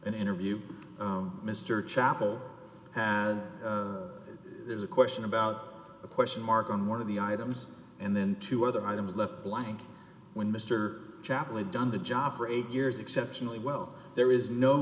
an interview mr chapel had there's a question about a question mark on one of the items and then two other items left blank when mr chaplin done the job for eight years exceptionally well there is no